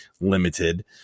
limited